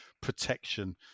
protection